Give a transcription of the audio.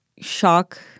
shock